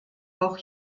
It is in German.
auch